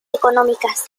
económicas